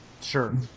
sure